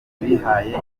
bihaye